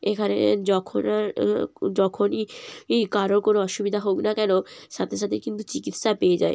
এখানে যখন আর যখনই ই কারোর কোনো অসুবিধা হোক না কেন সাথে সাথেই কিন্তু চিকিৎসা পেয়ে যায়